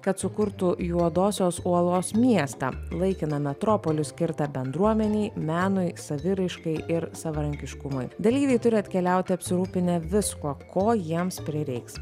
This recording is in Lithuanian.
kad sukurtų juodosios uolos miestą laikiną metropolį skirtą bendruomenei menui saviraiškai ir savarankiškumui dalyviai turi atkeliaut apsirūpinę viskuo ko jiems prireiks